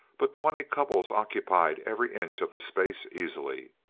but twenty couples occupied every inch of the space easily.